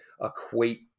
equate